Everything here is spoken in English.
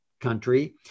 country